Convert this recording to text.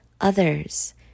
others